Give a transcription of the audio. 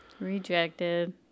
Rejected